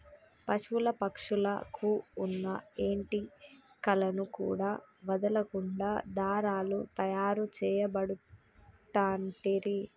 పశువుల పక్షుల కు వున్న ఏంటి కలను కూడా వదులకుండా దారాలు తాయారు చేయబడుతంటిరి